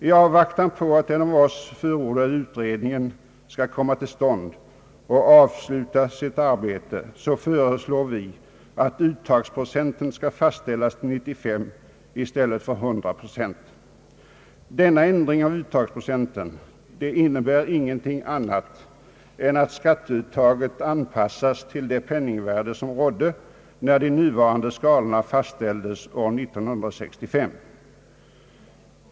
I avvaktan på att den av oss förordade utredningen skall komma till stånd och avsluta sitt arbete föreslår vi att uttagsprocenten skall fastställas till 93 i stället för 100 procent. Denna ändring av uttagsprocenten innebär ingenting annat än att skatteuttaget anpassas till det penningvärde som rådde när de nuvarande skalorna fastställdes år 1965.